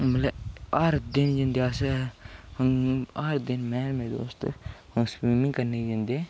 मतलव हर दिन जन्ने अस हर दिन में ते मेरे जोस्त स्विमिंग करने गी जंदे